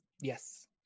Yes